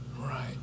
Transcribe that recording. right